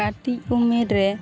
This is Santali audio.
ᱠᱟᱹᱴᱤᱡ ᱩᱢᱮᱨ ᱨᱮ